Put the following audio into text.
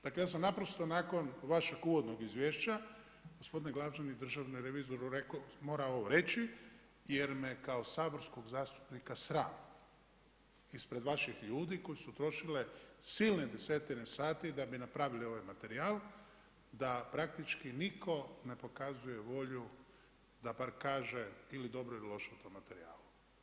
Dakle, ja sam naprosto nakon vašeg uvodnog izvješća gospodinu glavnom državnom revizoru morao reći jer me kao saborskog zastupnika sram ispred vaših ljudi koji su trošile silne desetine sati da bi napravili ovaj materijal, da praktički nitko ne pokazuje volju, da bar kaže ili dobro ili loše o tom materijalu.